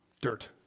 dirt